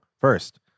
first